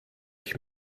ich